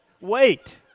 wait